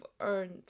earned